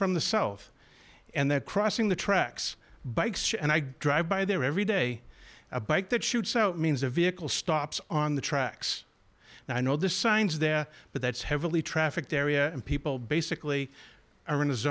from the south and they're crossing the tracks bikes and i drive by there every day a bike that shoots out means a vehicle stops on the tracks and i know the signs there but that's heavily trafficked area and people basically are in